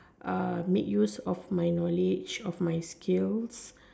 make use of my knowledge of my skills